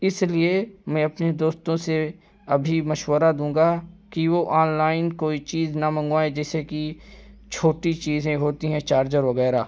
اس لیے میں اپنے دوستوں سے ابھی مشورہ دوں گا کہ وہ آن لائن کوئی چیز نہ منگوائیں جیسے کہ چھوٹی چیزیں ہوتی ہیں چارجر وغیرہ